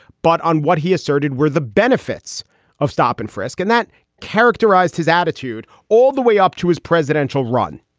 but on what he asserted were the benefits of stop and frisk. and that characterized his attitude all the way up to his presidential run.